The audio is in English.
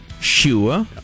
Sure